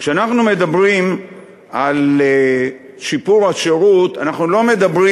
כשאנחנו מדברים על שיפור השירות אנחנו לא מדברים